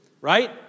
Right